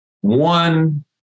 one